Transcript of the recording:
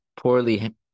poorly